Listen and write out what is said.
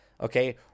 Okay